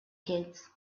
kids